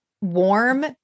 warm